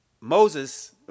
Moses